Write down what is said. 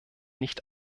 nicht